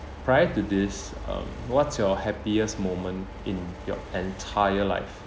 prior to this uh what's your happiest moment in your entire life